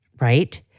right